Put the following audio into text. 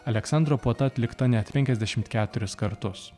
aleksandro puota atlikta net penkiasdešimt keturis kartus